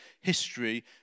history